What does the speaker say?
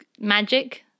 magic